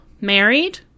married